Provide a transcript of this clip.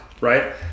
Right